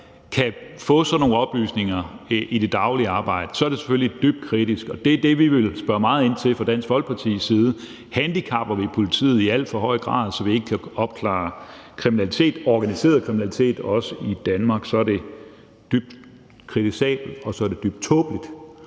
kan få sådan nogle oplysninger i det daglige arbejde, er det selvfølgelig dybt kritisk, og det er det, vi vil spørge meget ind til fra Dansk Folkepartis side: Handicapper vi politiet i alt for høj grad, så vi ikke kan opklare kriminalitet, organiseret kriminalitet, også i Danmark? Så er det dybt kritisabelt, og så er det dybt tåbeligt.